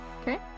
okay